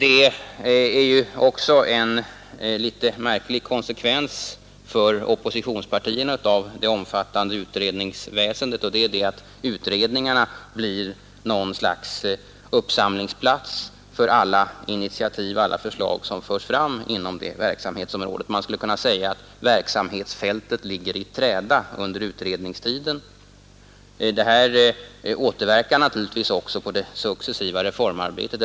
En för oppositionspartierna rätt märklig konsekvens av det omfattande utredningsväsendet är att utredningarna blir en sorts uppsamlingsplats för alla initiativ och förslag som förs fram inom de verksamhetsområden som berörs av utredningar. Man skulle kunna säga att verksamhetsfältet ligger i träda under utredningstiden. Det återverkar naturligtvis också på det successiva reformarbetet.